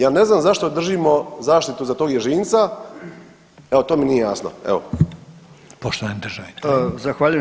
Ja ne znam zašto držimo zaštitu za tog ježinca, evo to mi nije jasno, evo.